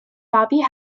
bobby